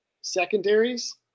secondaries